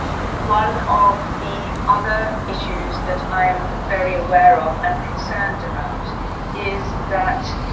one of the other issues that i'm very aware of and concerned about is that